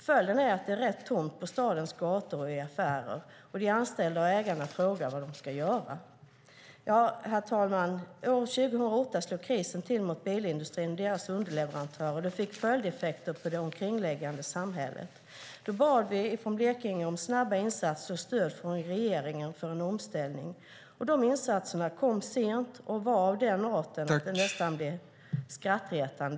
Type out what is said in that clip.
Följden blir att det är rätt tomt på stadens gator och i affärer. De anställda och ägarna frågar vad de ska göra. Herr talman! År 2008 slog krisen till mot bilindustrin och deras underleverantörer. Det fick följdeffekter för det omkringliggande samhället. Då bad vi från Blekinge om snabba insatser och stöd från regeringen för en omställning. De insatserna kom sent och var av den arten att det nästan blev skrattretande.